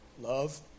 Love